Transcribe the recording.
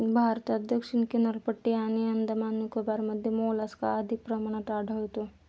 भारतात दक्षिण किनारपट्टी आणि अंदमान निकोबारमध्ये मोलस्का अधिक प्रमाणात आढळतो